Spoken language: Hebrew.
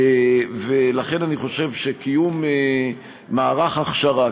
לכן אני חושב שקיום מערך הכשרה,